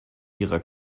ihrer